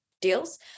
deals